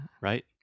right